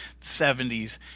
70s